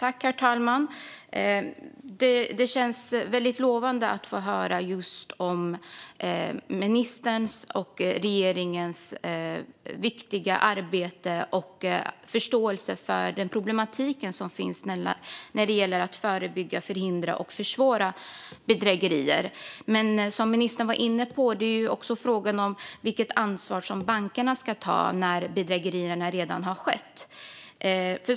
Herr talman! Det känns lovande att höra om ministerns och regeringens viktiga arbete och förståelse för den problematik som finns när det gäller att förebygga, förhindra och försvåra bedrägerier. Men som ministern var inne på är frågan också vilket ansvar bankerna ska ta när bedrägerierna redan har skett.